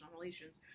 relations